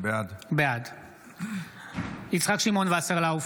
בעד יצחק שמעון וסרלאוף,